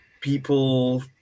people